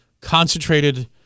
concentrated